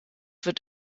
wird